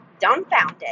dumbfounded